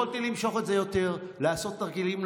יכולתי למשוך את זה יותר, לעשות תרגילים.